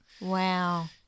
Wow